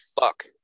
fuck